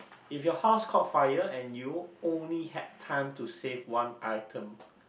if your house caught fire and you only had time to save one item